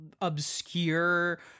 obscure